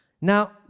Now